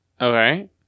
Okay